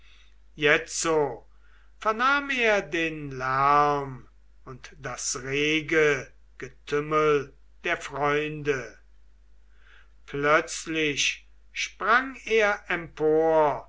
jetzo vernahm er den lärm und das rege getümmel der freunde plötzlich sprang er empor